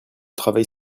travail